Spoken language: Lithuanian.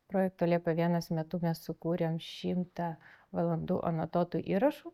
projekto liepa vienas metu mes sukūrėm šimtą valandų anotuotų įrašų